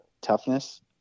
toughness